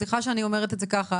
סליחה שאני אומרת את זה ככה,